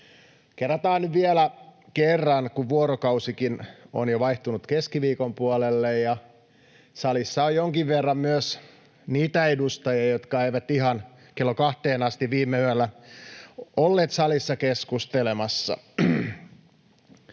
Kerrataan nyt vielä kerran, kun vuorokausikin on jo vaihtunut keskiviikon puolelle ja salissa on jonkin verran myös niitä edustajia, jotka eivät ihan kello kahteen asti viime yönä olleet salissa keskustelemassa.